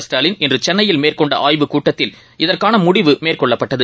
ஸ்டாலின் இன்றசென்னையில் மேற்கொண்ட அய்வுக்கூட்டத்தில் இதற்கானமுடிவு மேற்கொள்ளப்பட்டது